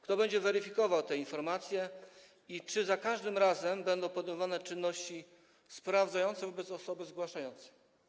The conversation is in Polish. Kto będzie weryfikował te informacje i czy za każdym razem będą podejmowane czynności sprawdzające wobec osoby zgłaszającej?